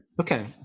Okay